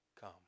Come